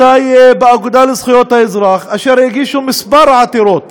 באגודה לזכויות האזרח אשר הגישו כמה עתירות